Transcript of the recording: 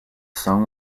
song